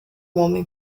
homem